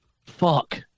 Fuck